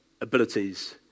abilities